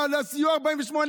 לסיוע 48,